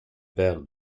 père